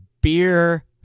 beer